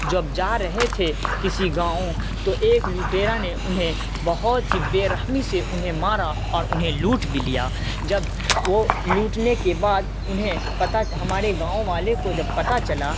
جب جا رہے تھے کسی گاؤں تو ایک لٹیرا نے انہیں بہت ہی بےرحمی سے انہیں مارا اور انہیں لوٹ بھی لیا جب وہ لوٹنے کے بعد انہیں پتہ ہمارے گاؤں والے کو جب پتہ چلا